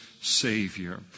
Savior